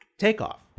takeoff